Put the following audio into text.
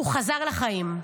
הוא חזר לחיים.